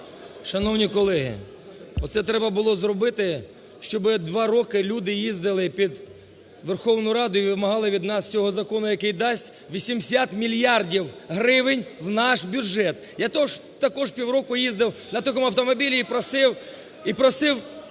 Шановні колеги, оце треба було зробити, щоб два роки люди їздили під Верховну Раду і вимагали від нас цього закону, який дасть 80 мільярдів гривень у наш бюджет. Я також півроку їздив на такому автомобілі і просив також